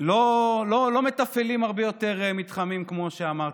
לא מתפעלים הרבה יותר מתחמים, כמו שאמרתי.